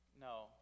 No